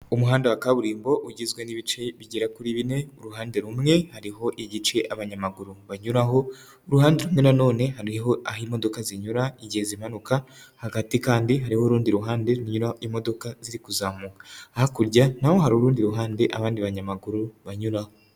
Umuhanda wa kaburimbo ugizwe n'ibice bigera kuri bine, uruhande rumwe hariho igice abanyamaguru banyuraho, uruhande rumwe nanone hariho aho imodoka zinyura igihe zimanuka hagati kandi hariho urundi ruhande runyuraho imodoka ziri kuzamuka, hakurya naho hari urundi ruhande abandi banyamaguru banyuraho.